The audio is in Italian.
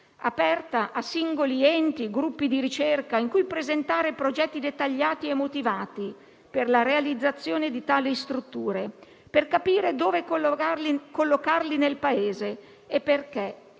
aperta a singoli enti e gruppi di ricerca, in cui presentare progetti dettagliati e motivati per la realizzazione di tali strutture, per capire dove collocarli nel Paese e perché,